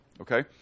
okay